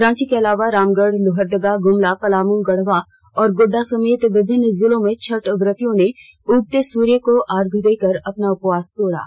रांची के अलावा रामगढ़ लोहरदगा गुमला पलामू गढ़वा और गोड़ा समेत विभिन्न जिलों में छठ व्रतियों ने उगते सूर्य को अर्घ्य देकर अपना उपवास तोड़ा